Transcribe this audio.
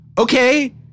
okay